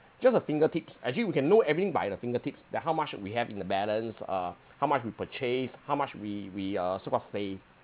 just a fingertips actually we can know everything by the fingertips that how much we have in the balance uh how much we purchased how much we we uh so called fei